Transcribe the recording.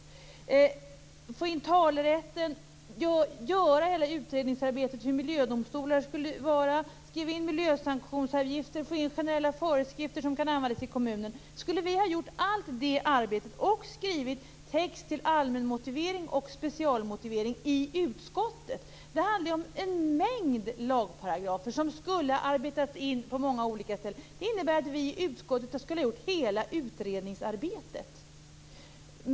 Skulle vi ha kunnat få in talerätten - ja, göra hela utredningsarbetet om hur miljödomstolar skall vara? Skulle vi ha kunnat skriva in miljösanktionsavgifter och få in generella föreskrifter som kan användas i kommunerna? Skulle vi ha gjort allt det arbetet, och skrivit text till allmänmotivering och specialmotivering, i utskottet? Det handlar ju om en mängd lagparagrafer som skulle arbetas in på många olika ställen. Detta innebär att vi i utskottet skulle ha gjort hela utredningsarbetet.